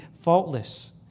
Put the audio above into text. faultless